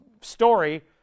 story